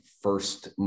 first